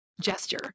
gesture